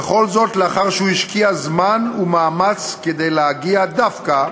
וכל זה לאחר שהוא השקיע זמן ומאמץ כדי להגיע דווקא